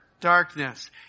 darkness